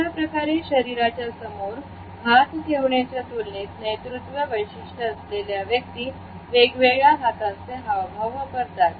अशाप्रकारे शरीराच्या समोर हात ठेवण्याच्या तुलनेत नेतृत्व वैशिष्ट्य असलेल्या व्यक्ती वेगवेगळ्या हातांचे हावभाव वापरतात